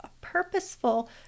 purposeful